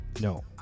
No